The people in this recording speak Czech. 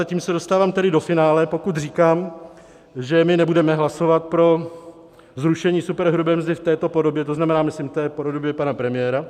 A tím se dostávám tedy do finále, pokud říkám, že my nebudeme hlasovat pro zrušení superhrubé mzdy v této podobě, to znamená, myslím v té podobě pana premiéra.